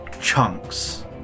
chunks